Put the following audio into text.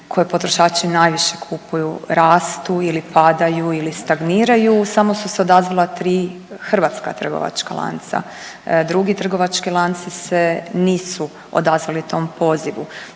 koje potrošači najviše kupuju rastu ili padaju ili stagniraju samo su se odazvala tri hrvatska trgovačka lanca. Drugi trgovački lanci se nisu odazvali tom pozivu.